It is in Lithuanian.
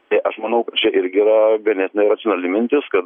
tai aš manau kad čia irgi yra ganėtinai racionali mintis kad